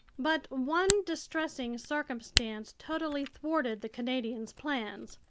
but one distressing circumstance totally thwarted the canadian's plans.